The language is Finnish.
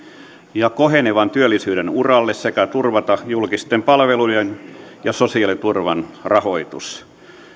ja kohenevan työllisyyden uralle sekä turvata julkisten palvelujen ja sosiaaliturvan rahoitus